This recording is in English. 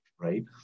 right